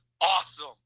awesome